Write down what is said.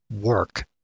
work